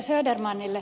södermanille